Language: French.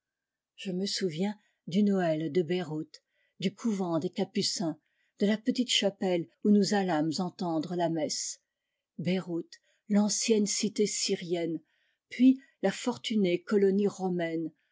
je me souviens du noél de beirout du couvent des capucins de lapetite chapelle où nous allâmes entendre la messe beirout l'ancienne cité syrienne puis la fortunée colonie romaine